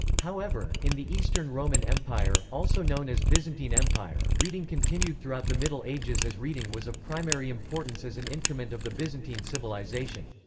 however, in the eastern roman empire, also known as byzantine empire, reading continued throughout the middle ages as reading was of primary importance as an intrument of the byzantine civilization.